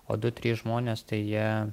o du trys žmonės tai jie